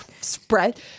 spread